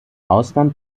ausland